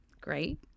Great